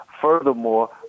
Furthermore